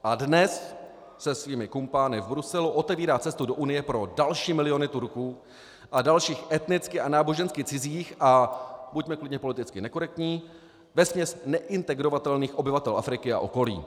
A dnes se svými kumpány v Bruselu otevírá cestu do Unie pro další miliony Turků a dalších etnicky a nábožensky cizích, a buďme klidně politicky nekorektní, vesměs neintegrovatelných obyvatel Afriky a okolí.